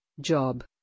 Job